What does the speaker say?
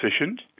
efficient